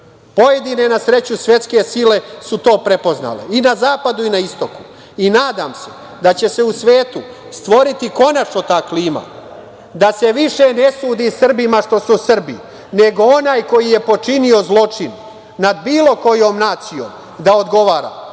Pojedine, na sreću, svetske sile su to prepoznale i na zapadu i na istoku. I nadam se da će se u svetu stvoriti konačno ta klima da se više ne sudi Srbima što su Srbi, nego onaj koji je počinio zločin nad bilo kojom nacijom da odgovara,